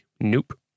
Nope